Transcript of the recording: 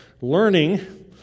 learning